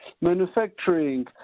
manufacturing